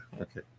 Okay